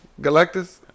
Galactus